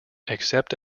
except